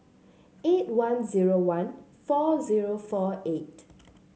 eight one zero one four zero four eight